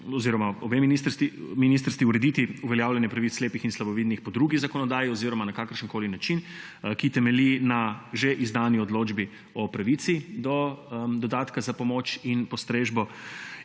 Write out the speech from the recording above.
oziroma obe ministrstvi tukaj urediti uveljavljanje pravic slepih in slabovidnih po drugi zakonodaji oziroma na kakršenkoli način, ki temelji na že izdani odločbi o pravici do dodatka za pomoč in postrežbo?